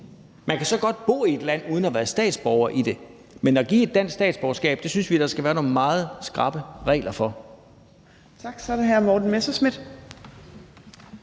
Man kan godt bo i et land uden at være statsborger i det. Men at give dansk statsborgerskab synes vi der skal være nogle meget skrappe regler for.